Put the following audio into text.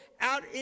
out